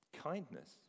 kindness